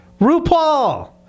RuPaul